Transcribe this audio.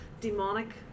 demonic